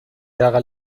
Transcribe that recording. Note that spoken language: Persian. اقل